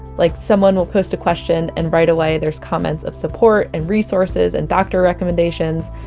like someone will post a question and right away there's comments of support, and resources and doctor recommendations.